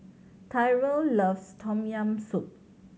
Tyrell loves Tom Yam Soup